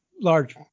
large